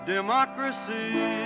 democracy